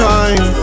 time